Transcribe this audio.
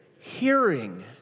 Hearing